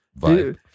vibe